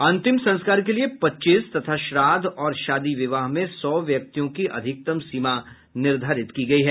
अंतिम संस्कार के लिए पच्चीस तथा श्राद्ध और शादी विवाह में सौ व्यक्तियों की अधिकतम सीमा निर्धारित की गयी है